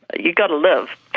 you've got to live.